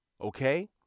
Okay